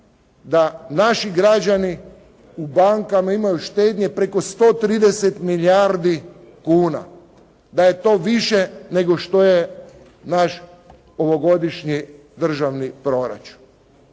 da naši građani u bankama imaju štednje preko 130 milijardi kuna. Da je to više nego što je naš ovogodišnji državni proračun.